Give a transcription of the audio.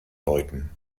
läuten